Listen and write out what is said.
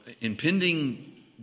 impending